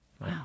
Wow